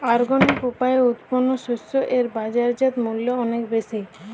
organic উপায়ে উৎপন্ন শস্য এর বাজারজাত মূল্য অনেক বেশি